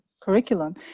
curriculum